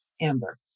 Amber